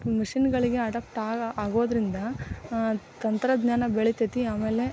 ಮಶೀನ್ಗಳಿಗೆ adapt ಆಗೋದರಿಂದ ತಂತ್ರಜ್ಞಾನ ಬೆಳಿತೈತೆ ಆಮೇಲೆ